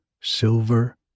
silver